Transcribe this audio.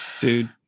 Dude